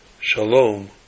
Shalom